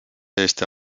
eesti